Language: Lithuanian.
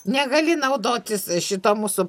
negali naudotis šitom mūsų